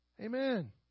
Amen